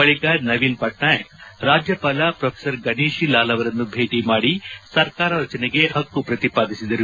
ಬಳಿಕ ನವೀನ್ ಪಟ್ನಾಯಕ್ ರಾಜ್ಯಪಾಲ ಪ್ರೊ ಗಣೇಶಿ ಲಾಲ್ ಅವರನ್ನು ಭೇಟಿ ಮಾಡಿ ಸರ್ಕಾರ ರಚನೆಗೆ ಪಕ್ಕು ಪ್ರತಿಪಾದಿಸಿದರು